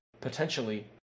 potentially